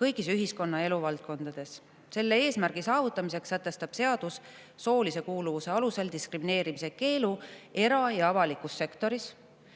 kõigis ühiskonnaelu valdkondades. Selle eesmärgi saavutamiseks sätestab seadus soolise kuuluvuse alusel diskrimineerimise keelu era- ja avalikus sektoris;